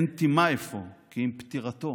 אין תמה אפוא כי עם פטירתו